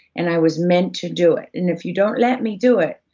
and i was meant to do it. and if you don't let me do it,